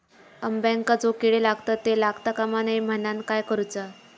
अंब्यांका जो किडे लागतत ते लागता कमा नये म्हनाण काय करूचा?